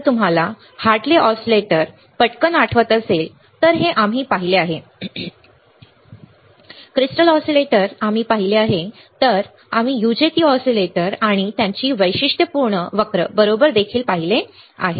जर तुम्हाला Hartley oscillator पटकन आठवत असेल तर हे आम्ही पाहिले आहे क्रिस्टल ऑसीलेटर आम्ही पाहिले आहे तर आम्ही UJT ऑसिलेटर आणि त्याचे वैशिष्ट्यपूर्ण वक्र बरोबर पाहिले आहे